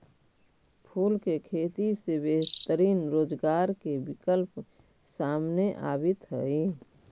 फूल के खेती से बेहतरीन रोजगार के विकल्प सामने आवित हइ